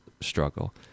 struggle